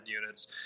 units